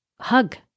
hug